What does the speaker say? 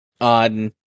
on